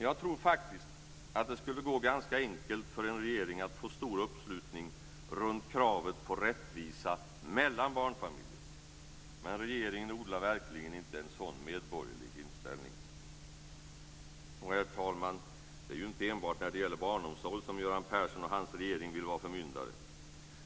Jag tror faktiskt att det skulle vara ganska enkelt för en regering att få stor uppslutning kring kravet på rättvisa mellan barnfamiljer men regeringen odlar verkligen inte en sådan medborgerlig inställning. Och, herr talman, det är ju inte enbart när det gäller barnomsorg som Göran Persson och hans regering vill vara förmyndare.